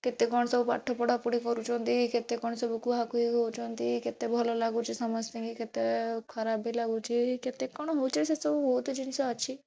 କେତେ କ'ଣ ସବୁ ପାଠ ପଢ଼ା ପଢ଼ି କରୁଛନ୍ତି କେତେ କ'ଣ ସବୁ କୁହା କୁହି ହେଉଛନ୍ତି କେତେ ଭଲ ଲାଗୁଛି ସମସ୍ତିଙ୍କି କେତେ ଖରାପ ବି ଲାଗୁଛି କେତେ କ'ଣ ହେଉଛି ସେ ସବୁ ବହୁତ ଜିନିଷ ଅଛି